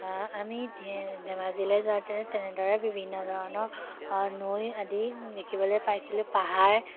আ আমি ধে ধেমাজিলৈ যাওঁতেনে তেনেদৰে বিভিন্ন ধৰণৰ নৈ আদি দেখিবলৈ পাইছিলোঁ পাহাৰ